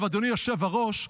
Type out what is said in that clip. אדוני היושב-ראש,